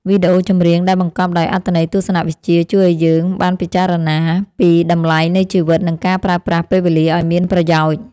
វីដេអូចម្រៀងដែលបង្កប់ដោយអត្ថន័យទស្សនវិជ្ជាជួយឱ្យយើងបានពិចារណាពីតម្លៃនៃជីវិតនិងការប្រើប្រាស់ពេលវេលាឱ្យមានប្រយោជន៍។